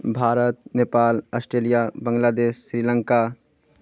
Bharat Nepal Australia Bangladesh Sri Lanka